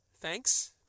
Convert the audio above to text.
Thanks